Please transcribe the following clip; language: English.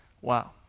Wow